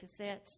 cassettes